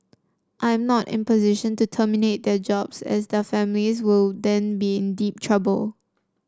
I am not in a position to terminate their jobs as their families will then be in deep trouble